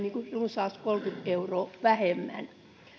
runsaat kolmekymmentä euroa vähemmän